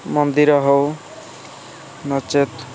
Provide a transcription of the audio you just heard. ମନ୍ଦିର ହଉ ନଚେତ୍